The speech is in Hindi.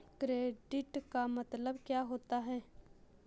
क्रेडिट का मतलब क्या होता है?